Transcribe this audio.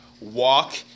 walk